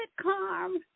calm